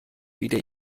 wieder